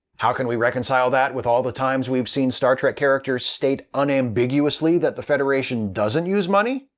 how can we reconcile that with all the times we've seen star trek characters state unambiguously that the federation doesn't use money?